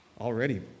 already